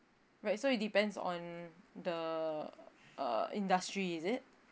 right so it depends on the uh industry is it